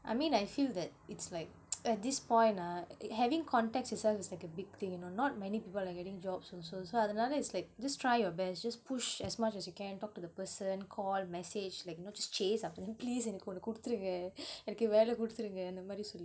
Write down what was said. I mean I feel that it's like at this point ah having contacts itself is like a big thing you know not many people are getting jobs also so on the other it's like just try your best just push as much as you can talk to the person call message like you know just chase after them please எனக்கு ஒன்னு குடுத்துருங்க எனக்கு வேல குடுத்துருங்க அந்தமாரி சொல்லு:enakku onnu kuduthurunga enakku vela kuduthurunga anthamaari sollu